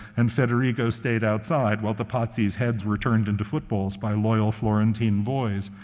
and federigo stayed outside while the pazzis' heads were turned into footballs by loyal florentine boys.